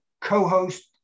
co-host